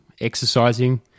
exercising